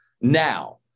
Now